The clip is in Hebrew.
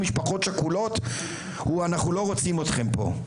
משפחות שכולות הוא אנחנו לא רוצים אתכם פה,